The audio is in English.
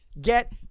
get